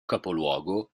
capoluogo